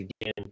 again